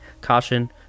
caution